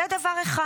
זה דבר אחד.